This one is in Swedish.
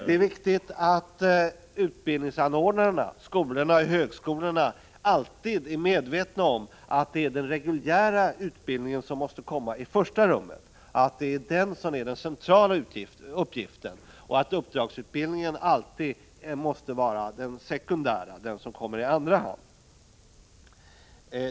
Det är viktigt att utbildningsanordnarna, skolorna och högskolorna, alltid är medvetna om att den reguljära utbildningen måste komma i första rummet, att det är den som är den centrala uppgiften, och att uppdragsutbildningen alltid måste vara den sekundära, den som kommer i andra hand.